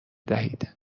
دهید